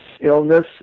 illness